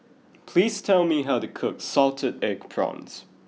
please tell me how to cook Salted Egg Prawns